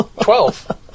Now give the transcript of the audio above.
Twelve